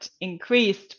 increased